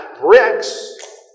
bricks